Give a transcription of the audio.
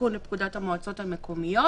תיקון לפקודת המועצות המקומיות